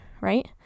right